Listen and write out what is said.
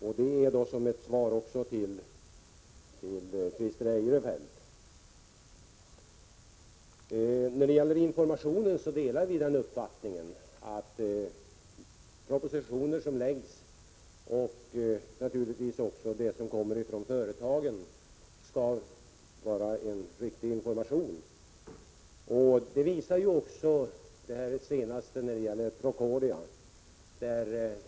— 2 juni 1987 Det är också ett svar till Christer Eirefelt. När det gäller informationen delar vi uppfattningen att den information som läggs fram i propositioner och den som kommer från företagen skall vara riktig. Det visar det här senaste som gäller Procordia.